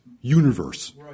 universe